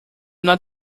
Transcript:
not